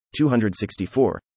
264